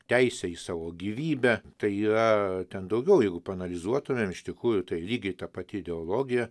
teisė į savo gyvybę tai yra ten daugiau jeigu paanalizuotumėm iš tikrųjų tai lygiai ta pati ideologija